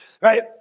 right